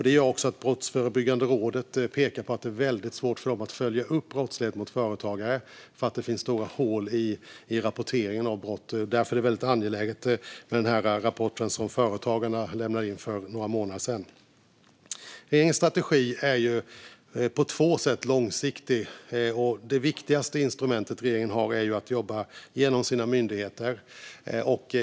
Det gör att Brottsförebyggande rådet pekar på att det är väldigt svårt för det att följa upp brottslighet mot företagare för att det finns stora hål i rapporteringen av brott. Därför är det väldigt angeläget med den rapport som Företagarna lämnade in för några månader sedan. Regeringens strategi är på två sätt långsiktig. Det viktigaste instrumentet som regeringen har är att jobba genom sina myndigheter.